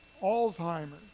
Alzheimer's